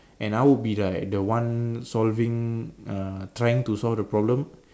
and I would be like the one solving uh trying to solve the problem